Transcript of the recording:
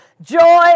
Joy